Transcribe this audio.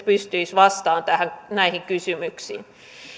pystyisi vastaamaan näihin kysymyksiin